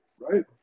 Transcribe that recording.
right